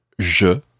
je